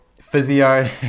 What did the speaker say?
physio